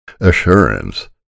Assurance